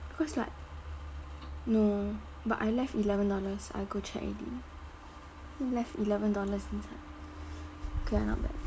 because like no but I left eleven dollars I go check already left eleven dollars inside K ah not bad